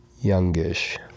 youngish